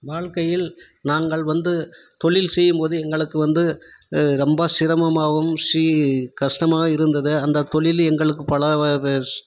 வாழ்க்கையில் நாங்கள் வந்து தொழில் செய்யும்போது எங்களுக்கு வந்து ரொம்ப சிரமமாகவும் ஷி கஷ்டமாகவும் இருந்தது அந்த தொழில் எங்களுக்கு பல